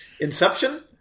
Inception